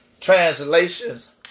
translations